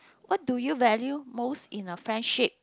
what do you value most in a friendship